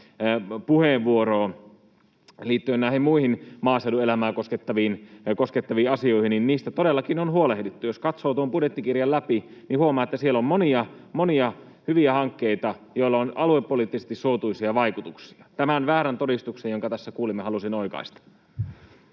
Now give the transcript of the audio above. puheenvuoroon, liittyen näihin muihin maaseudun elämää koskettaviin asioihin, niin niistä todellakin on huolehdittu. Jos katsoo tuon budjettikirjan läpi, niin huomaa, että siellä on monia hyviä hankkeita, joilla on aluepoliittisesti suotuisia vaikutuksia. Tämän väärän todistuksen, jonka tässä kuulimme, halusin oikaista.